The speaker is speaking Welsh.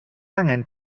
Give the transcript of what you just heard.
angen